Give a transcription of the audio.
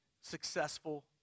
successful